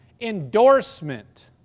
endorsement